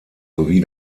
sowie